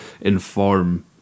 inform